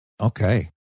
Okay